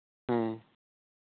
ᱦᱮᱸ